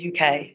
UK